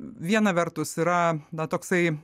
viena vertus yra toksai